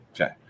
Okay